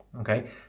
Okay